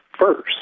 first